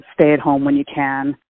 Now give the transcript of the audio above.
stay-at-home-when-you-can